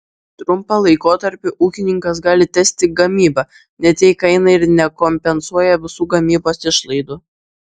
trumpą laikotarpį ūkininkas gali tęsti gamybą net jei kaina ir nekompensuoja visų gamybos išlaidų